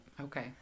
Okay